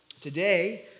today